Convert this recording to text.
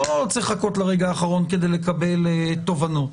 לא צריך לחכות לרגע האחרון כדי לקבל תובנות.